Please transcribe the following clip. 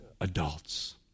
adults